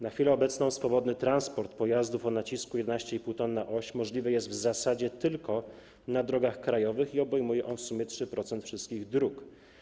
Na chwilę obecną swobodny transport pojazdów o nacisku 11,5 t na oś możliwy jest w zasadzie tylko na drogach krajowych i obejmuje on w sumie 3% wszystkich dróg.